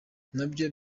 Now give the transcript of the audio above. nabyo